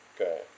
Okay